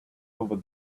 over